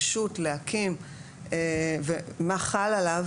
רשות להקים ומה חל עליו.